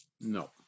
No